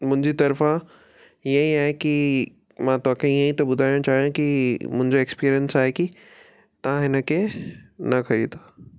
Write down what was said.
मुंहिंजी तर्फ़ा हीअं ई आहे की मां तोखे ईअं ई थो ॿुधाइणु चाहियां की मुंहिंजो एक्सपीरियंस आहे की तव्हां हिन खे न ख़रीदो